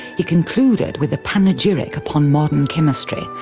he concluded with a panegyric upon modern chemistry,